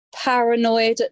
Paranoid